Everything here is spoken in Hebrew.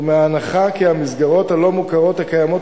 ובהנחה כי המסגרות הלא-מוכרות הקיימות